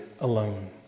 alone